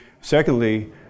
Secondly